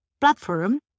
platform